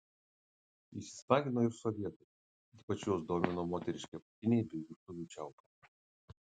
įsismagino ir sovietai ypač juos domino moteriški apatiniai bei virtuvių čiaupai